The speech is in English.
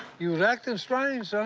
you was acting strange, son.